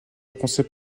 concept